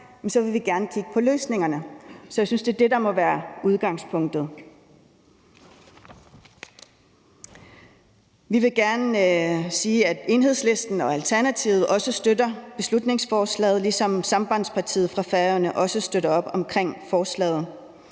så vil vi gerne kigge på løsningerne. Så jeg synes, det er det, der må være udgangspunktet. Jeg vil gerne sige, at Enhedslisten og Alternativet også støtter beslutningsforslaget, ligesom Sambandspartiet fra Færøerne også støtter op om forslaget.